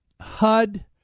HUD